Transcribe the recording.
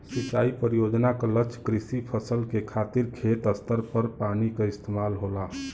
सिंचाई परियोजना क लक्ष्य कृषि फसल के खातिर खेत स्तर पर पानी क इस्तेमाल होला